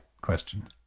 question